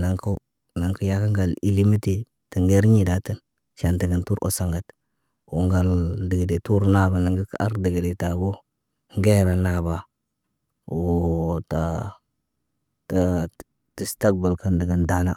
naŋg kow, naŋg kiya na ŋgal ilim niti, tə nder ɲidaata, ʃan dadan tur oso ŋgaata. Woo ŋgal degetur naaba naŋgata arda gede tabo ŋgere naaba. Woo ta tistagbal kən dəgən daana.